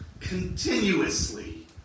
continuously